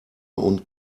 und